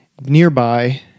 nearby